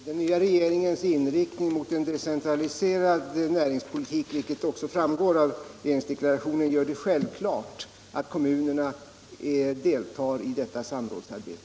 Herr talman! Den nya regeringens inriktning på en decentraliserad näringspolitik — som framgår av regeringsdeklarationen — gör det självklart att kommunerna deltar i detta samrådsarbete.